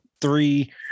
three